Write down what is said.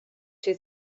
two